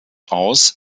aus